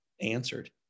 answered